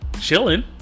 chilling